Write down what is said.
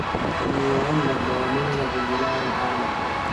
Nyiwa on ndabbawa manga je mi lari ha ladde.